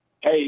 hey